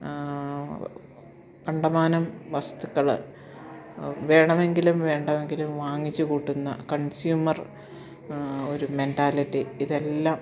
കണ്ടമാനം വസ്തുക്കൾ വേണമെങ്കിലും വേണ്ടെങ്കിലും വാങ്ങിച്ചു കൂട്ടുന്ന കൺസ്യൂമർ ഒരു മെൻറ്റാലിറ്റി ഇതെല്ലാം